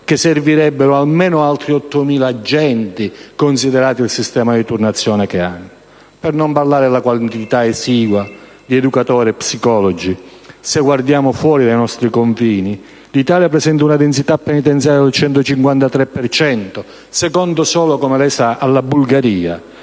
- servirebbero almeno altri 8.000 agenti, considerato il sistema di turnazione che hanno, per non parlare della quantità esigua di educatori e psicologi. Se guardiamo fuori dai nostri confini, l'Italia presenta una densità penitenziaria del 153 per cento, seconda solo - come lei sa - alla Bulgaria.